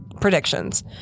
predictions